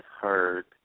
heard